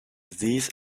these